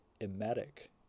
emetic